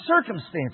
circumstances